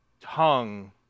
tongue